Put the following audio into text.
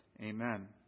Amen